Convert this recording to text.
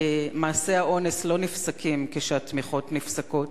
מעשי האונס לא נפסקים כשהתמיכות נפסקות,